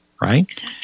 right